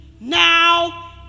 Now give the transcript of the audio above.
Now